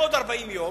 עוד 40 יום,